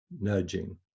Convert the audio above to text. nudging